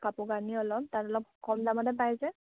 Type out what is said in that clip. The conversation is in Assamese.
কাপোৰ কানি অলপ তাত অলপ কম দামতে পাই যে